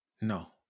No